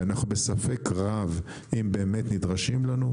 שאנחנו בספק רב אם באמת נדרשים לנו,